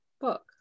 book